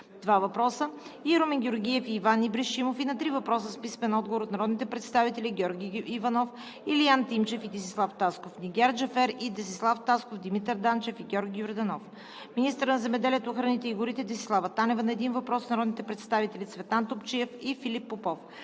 – 2 въпроса, и Румен Георгиев и Иван Ибришимов; на 3 въпроса с писмен отговор от народните представители Георги Йорданов, Илиян Тимчев и Десислав Тасков; Нигяр Джафер; Десислав Тасков, Димитър Данчев и Георги Йорданов; - министърът на земеделието, храните и горите Десислава Танева – на 1 въпрос от народните представители Цветан Топчиев и Филип Попов;